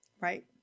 Right